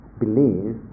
believe